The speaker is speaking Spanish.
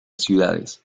ciudades